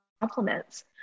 compliments